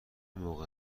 موقع